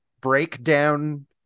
breakdown